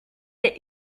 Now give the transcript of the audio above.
des